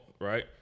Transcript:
right